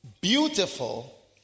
beautiful